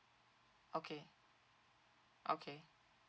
okay okay